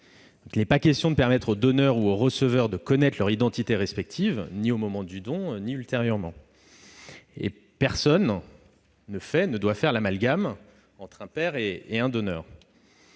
Il n'est pas question de permettre au donneur ni au receveur de connaître l'identité l'un de l'autre, ni au moment du don ni ultérieurement, et personne ne fait ni ne doit faire l'amalgame entre un père et un donneur